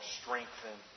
strengthen